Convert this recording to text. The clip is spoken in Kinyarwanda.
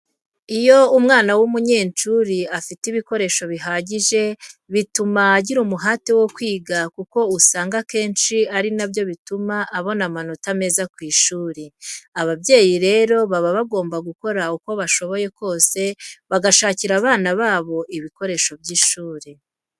Iyo umwana w'umunyeshuri afite ibikoresho bihagije bituma agira umuhate wo kwiga kuko usanga akenshi ari na byo bituma abona amanota meza mu ishuri. Ababyeyi rero baba bagomba gukora uko bashoboye kose bagashakira abana babo ibikoresho by'ishuri.